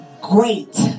great